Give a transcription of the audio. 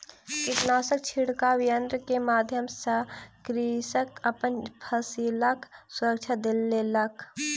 कीटनाशक छिड़काव यन्त्र के माध्यम सॅ कृषक अपन फसिलक सुरक्षा केलक